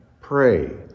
pray